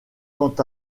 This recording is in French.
quant